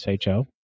SHO